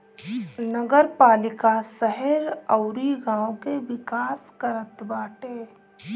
नगरपालिका शहर अउरी गांव के विकास करत बाटे